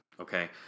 okay